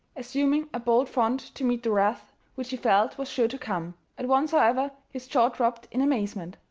assuming a bold front to meet the wrath which he felt was sure to come. at once, however, his jaw dropped in amazement.